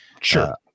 Sure